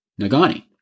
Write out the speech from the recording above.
Nagani